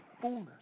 fullness